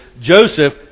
Joseph